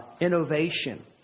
innovation